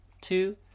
two